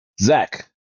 zach